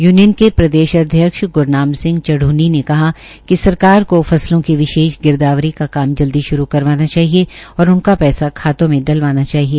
union के प्रदेशाध्यक्ष ग्रनाम सिंह चूढ़नी ने कहा कि सरकार को फसलों की विशेष गिरदावरी का काम जल्दी श्रू करवाना चाहिए और उनका पैसा खातों में डलवाना चाहिए